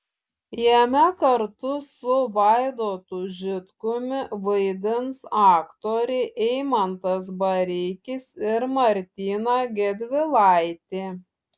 jame kartu su vaidotu žitkumi vaidins aktoriai eimantas bareikis ir martyna gedvilaitė